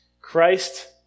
Christ